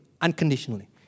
unconditionally